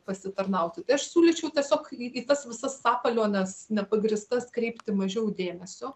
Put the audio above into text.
pasitarnauti tai aš siūlyčiau tiesiog į tas visas sapaliones nepagrįstas kreipti mažiau dėmesio